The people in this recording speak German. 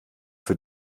für